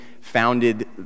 founded